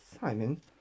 Simon